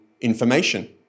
information